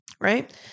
right